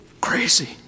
Crazy